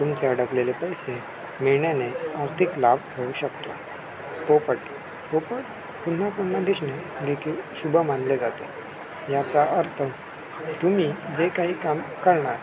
तुमचे अडकलेले पैसे मिळण्याने आर्थिक लाभ होऊ शकतो पोपट पोपट पुन्हा पुन्हा दिसणे देखील शुभ मानले जाते याचा अर्थ तुम्ही जे काही काम करणार